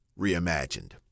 Reimagined